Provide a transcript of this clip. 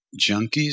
junkies